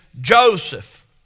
Joseph